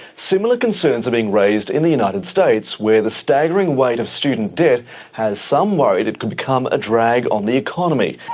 similar concerns are being raised in the united states where the staggering weight of student debt has some worried it could become a drag on the economy.